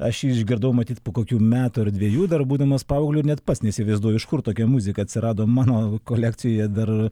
aš išgirdau matyt po kokių metų ar dvejų dar būdamas paaugliu net pats neįsivaizduoju iš kur tokia muzika atsirado mano kolekcijoje dar